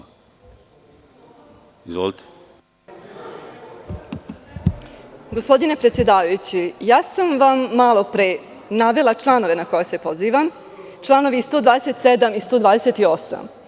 Gospodine predsedavajući, ja sam vam malo pre navela članove na koje se pozivam – 127. i 128.